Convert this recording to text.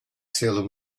salem